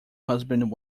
husband